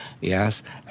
yes